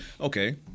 okay